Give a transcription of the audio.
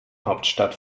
hauptstadt